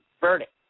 verdict